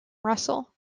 russell